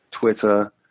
Twitter